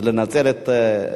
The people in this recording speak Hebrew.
חברי הכנסת נהנים